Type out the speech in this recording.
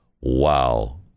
wow